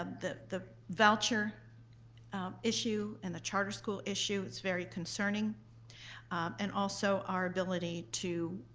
ah the the voucher issue and the charter school issue is very concerning and also our ability to,